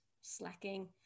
slacking